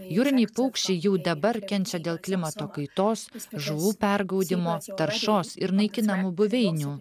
jūriniai paukščiai jau dabar kenčia dėl klimato kaitos žuvų pergaudymo taršos ir naikinamų buveinių